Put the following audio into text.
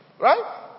Right